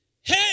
Hey